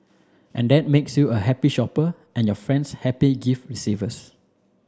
and that makes you a happy shopper and your friends happy gift receivers